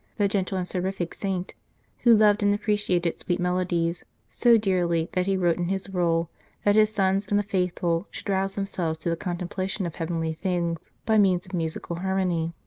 the gentle and seraphic saint who loved and appre ciated sweet melodies so dearly that he wrote in his rule that his sons and the faithful should rouse themselves to the contemplation of heavenly things by means of musical harmony.